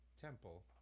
temple